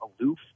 aloof